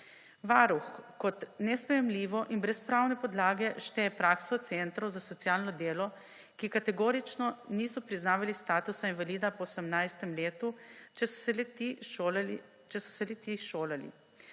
Varuh kot nesprejemljivo in brez pravne podlage šteje prakso centrov za socialno delo, ki kategorično nisi priznavali statusa invalida po 18. letu, če so se šolali.